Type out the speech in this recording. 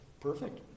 perfect